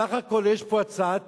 סך הכול יש פה הצעת תיקון,